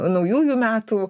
naujųjų metų